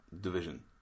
division